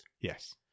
Yes